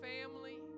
family